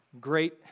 great